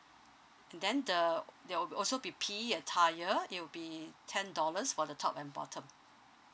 and then the there will also be P_E attire it'll be ten dollars for the top and bottom